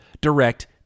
Direct